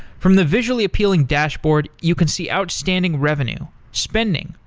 from the visually appealing dashboard, you can see outstanding revenue, spending,